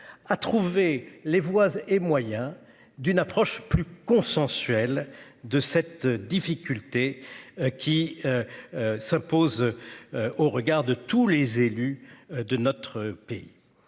à trouver les voies et moyens d'une approche plus consensuel de cette difficulté qui. S'impose. Au regard de tous les élus de notre pays.